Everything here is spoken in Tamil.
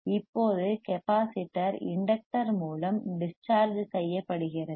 இப்போது கெப்பாசிட்டர் இண்டக்டர் மூலம் டிஸ் சார்ஜ் செய்யப்படுகிறது